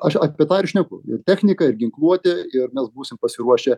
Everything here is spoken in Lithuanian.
aš apie tą ir šneku ir technika ir ginkluotė ir mes būsim pasiruošę